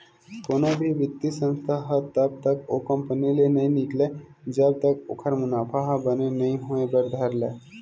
कोनो भी बित्तीय संस्था ह तब तक ओ कंपनी ले नइ निकलय जब तक ओखर मुनाफा ह बने नइ होय बर धर लय